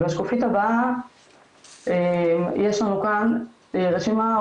בשקופית הבאה יש לנו כאן רשימה,